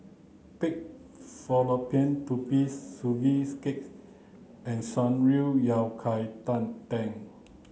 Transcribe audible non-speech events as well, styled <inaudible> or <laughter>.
Pig Fallopian Tubes Sugee cake and Shan Rui Yao Cai tang <unintelligible>